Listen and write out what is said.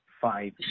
five